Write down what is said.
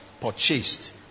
purchased